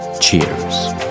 cheers